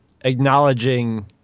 acknowledging